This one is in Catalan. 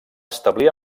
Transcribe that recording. establir